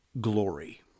glory